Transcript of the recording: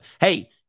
hey